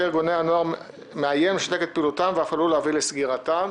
ארגוני הנוער מאיים לשתק את פעילותם ואף עלול להביא לסגירתם".